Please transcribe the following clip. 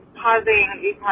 causing